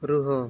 ରୁହ